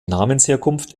namensherkunft